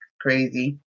crazy